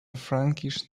frankish